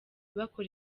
bakora